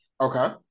Okay